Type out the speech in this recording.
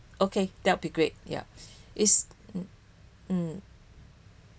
okay that will be great yup is mm